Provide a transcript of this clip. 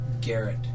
Garrett